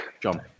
John